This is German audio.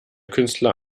künstler